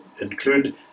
include